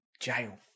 jail